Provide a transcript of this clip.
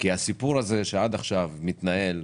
הסיפור שמתנהל עד עכשיו,